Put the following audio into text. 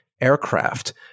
aircraft